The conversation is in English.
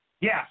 Yes